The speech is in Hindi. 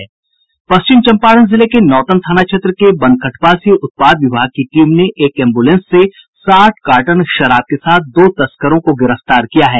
पश्चिम चंपारण जिले के नौतन थाना क्षेत्र के बनकटवा से उत्पाद विभाग की टीम ने एक एम्ब्रलेंस से साठ कार्टन शराब के साथ दो तस्करों को गिरफ्तार किया है